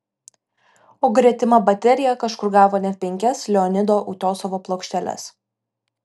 o gretima baterija kažkur gavo net penkias leonido utiosovo plokšteles